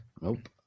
Nope